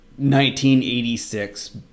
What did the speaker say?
1986